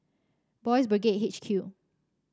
Boys' Brigade H Q